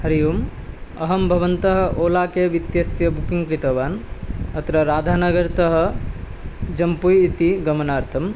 हरिः ओम् अहं भवन्तः ओला केब् इत्यस्य बुकिङ्ग् कृतवान् अत्र राधानगर्तः जम्पूइ इति गमनार्थम्